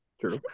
True